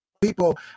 people